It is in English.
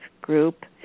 group